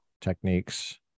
techniques